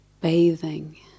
bathing